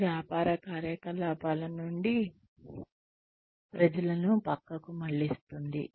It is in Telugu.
ఇది వ్యాపార కార్యకలాపాల నుండి ప్రజలను పక్కకు మళ్ళిస్తుంది